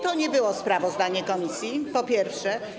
To nie było sprawozdanie komisji, po pierwsze.